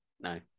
No